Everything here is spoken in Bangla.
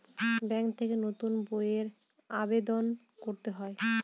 ব্যাঙ্ক থেকে নতুন বইয়ের আবেদন করতে হয়